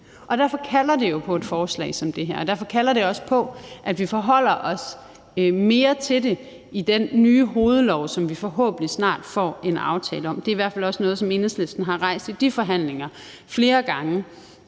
og derfor kalder det jo på et forslag som det her. Derfor kalder det også på, at vi forholder os mere til det i den nye hovedlov, som vi forhåbentlig snart får en aftale om. Det er i hvert fald også noget, som Enhedslisten har rejst i de forhandlinger flere gange,